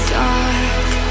dark